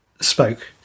spoke